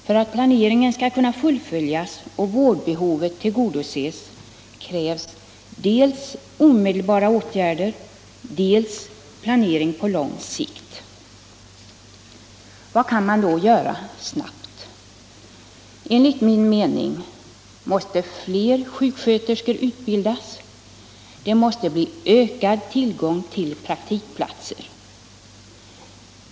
För att planeringen skall kunna fullföljas och vårdbehovet tillgodoses krävs dels omedelbara åtgärder, dels planering på längre sikt. Vad kan man då göra genast? Enligt min mening måste det bli utbildning av fler sjuksköterskor och ökad tillgång till praktikplatser.